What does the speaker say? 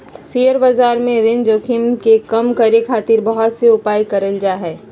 share बाजार में ऋण जोखिम के कम करे खातिर बहुत से उपाय करल जा हय